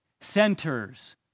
centers